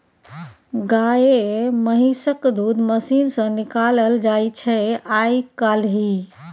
गाए महिषक दूध मशीन सँ निकालल जाइ छै आइ काल्हि